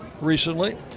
recently